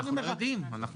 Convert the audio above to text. אנחנו לא יודעים.